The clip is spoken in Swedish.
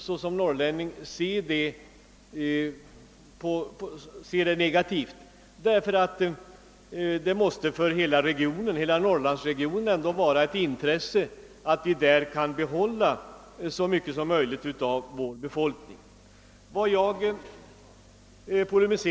Som norrlänning skall man inte se det som något negativt; för norrlandsregionen måste det vara av intresse att kunna behålla så mycket som möjligt av befolkningen inom regionen.